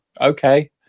okay